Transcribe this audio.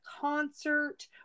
concert